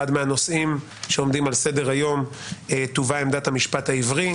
מהנושאים שעומדים על סדר-היום תובא עמדת המשפט העברי.